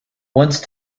once